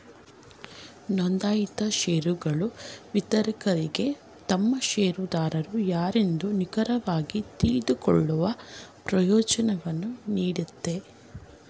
ನೊಂದಾಯಿತ ಶೇರುಗಳು ವಿತರಕರಿಗೆ ತಮ್ಮ ಶೇರುದಾರರು ಯಾರೆಂದು ನಿಖರವಾಗಿ ತಿಳಿದುಕೊಳ್ಳುವ ಪ್ರಯೋಜ್ನವನ್ನು ನೀಡುತ್ತೆ